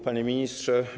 Panie Ministrze!